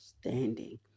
Standing